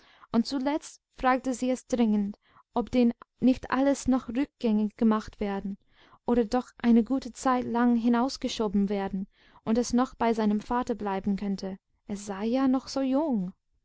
und zuletzt fragte sie es dringend ob denn nicht alles noch rückgängig gemacht werden oder doch eine gute zeit lang hinausgeschoben werden und es noch bei seinem vater bleiben könnte es sei ja noch so jung